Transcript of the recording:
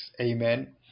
Amen